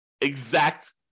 exact